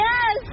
Yes